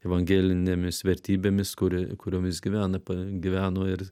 evangelinėmis vertybėmis kuri kuriomis gyvena gyveno ir